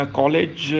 college